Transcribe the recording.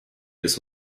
this